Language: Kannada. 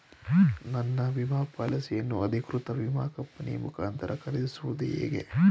ನನ್ನ ವಿಮಾ ಪಾಲಿಸಿಯನ್ನು ಅಧಿಕೃತ ವಿಮಾ ಕಂಪನಿಯ ಮುಖಾಂತರ ಖರೀದಿಸುವುದು ಹೇಗೆ?